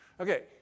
Okay